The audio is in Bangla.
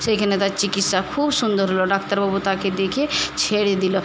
সেখানে তার চিকিৎসা খুব সুন্দর হলো ডাক্তারবাবু তাকে দেখে ছেড়ে দিল